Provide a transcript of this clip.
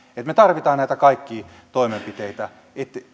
me tarvitsemme näitä kaikkia toimenpiteitä